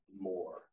more